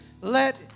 Let